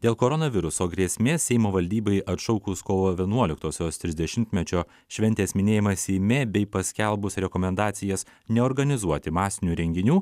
dėl koronaviruso grėsmės seimo valdybai atšaukus kovo vienuoliktosios trisdešimtmečio šventės minėjimą seime bei paskelbus rekomendacijas neorganizuoti masinių renginių